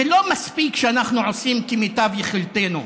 זה לא מספיק שאנחנו עושים כמיטב יכולתנו,